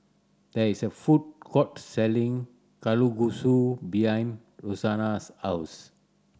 there is a food court selling Kalguksu behind Rosanna's house